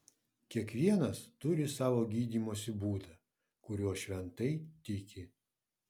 kiekvienas turi savo gydymosi būdą kuriuo šventai tiki